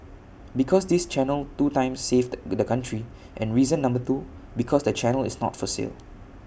because this channel two times saved the country and reason number two because the channel is not for sale